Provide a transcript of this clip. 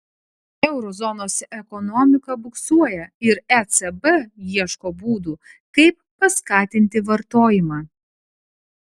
euro zonos ekonomika buksuoja ir ecb ieško būdų kaip paskatinti vartojimą